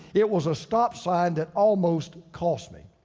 it was a stop sign that almost cost me.